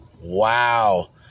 Wow